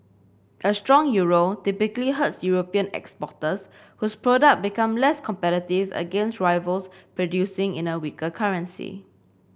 a strong Euro typically hurts European exporters whose products become less competitive against rivals producing in a weaker currency